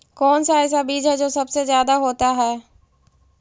कौन सा ऐसा बीज है जो सबसे ज्यादा होता है?